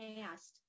asked